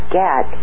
get